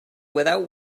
without